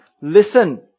listen